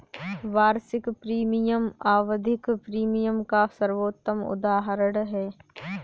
वार्षिक प्रीमियम आवधिक प्रीमियम का सर्वोत्तम उदहारण है